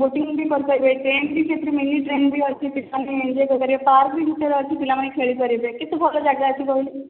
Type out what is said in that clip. boating ବି କରିପାରିବେ train ବି ଅଛି ମିନି ଟ୍ରେନ୍ ବି ସେଇଥିରେ ଅଛି ଏଞ୍ଜୟ୍ କରିବେ ପାର୍କ ବି ଅଛି କେତେ ଭଲ ଜାଗା ଅଛି କହିଲ